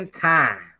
time